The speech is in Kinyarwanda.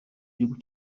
gihugu